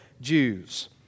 Jews